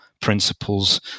principles